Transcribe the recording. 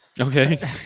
Okay